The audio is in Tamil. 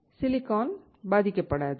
சிலிக்கான் பாதிக்கப்படாது